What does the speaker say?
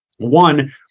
One